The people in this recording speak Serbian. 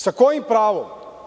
Sa kojim pravom?